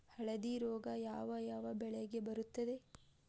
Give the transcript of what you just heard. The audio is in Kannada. ಹಳದಿ ರೋಗ ಯಾವ ಯಾವ ಬೆಳೆಗೆ ಬರುತ್ತದೆ?